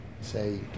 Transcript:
say